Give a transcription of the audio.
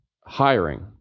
hiring